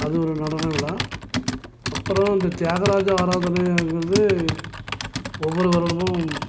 அது ஒரு நடனவிழா அப்புறம் அந்த தியாகராஜா ஆராதனைங்குறது ஒவ்வொரு வருடமும்